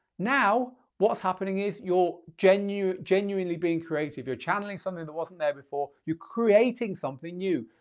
now what's happening is you're genuinely genuinely being creative, you're channeling something that wasn't there before, you creating something new.